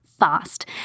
Fast